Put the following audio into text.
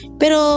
pero